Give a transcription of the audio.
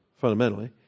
fundamentally